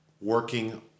working